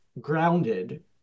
grounded